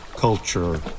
culture